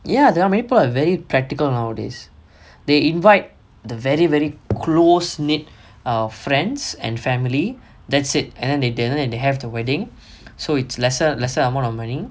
ya there are people are very practical nowadays they invite the very very close knit err friends and family that's it and then they they have the wedding so it's lesser lesser amount of money